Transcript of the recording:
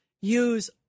use